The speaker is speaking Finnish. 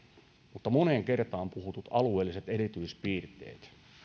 mutta moneen kertaan puhutut alueelliset erityispiirteet